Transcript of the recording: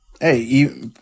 hey